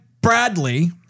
Bradley